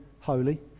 holy